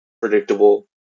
predictable